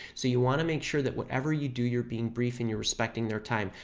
so you want to make sure that whatever you do you're being brief and you're respecting their time.